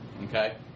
okay